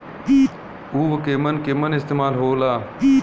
उव केमन केमन इस्तेमाल हो ला?